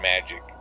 magic